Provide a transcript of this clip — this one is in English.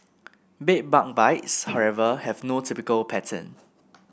bed bug bites however have no typical pattern